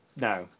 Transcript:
no